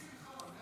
לפי איזה מחירון?